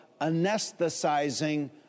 anesthetizing